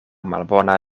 malbona